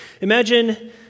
Imagine